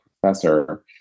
professor